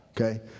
okay